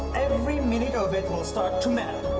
every minute of it will start to matter.